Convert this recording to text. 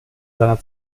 seiner